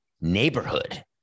neighborhood